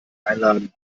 einladen